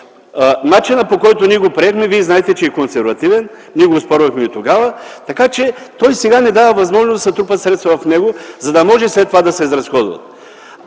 Начина, по който ние го приехме, вие знаете, е консервативен – ние го оспорвахме и тогава. Така че сега той не дава възможност да се трупат средства в него, за да може след това да се изразходват.